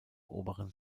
oberen